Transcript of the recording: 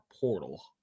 portal